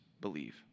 believe